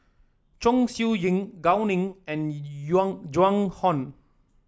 Chong Siew Ying Gao Ning and Joan Hon